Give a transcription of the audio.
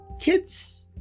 kids